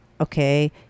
okay